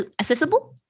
accessible